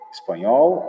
Espanhol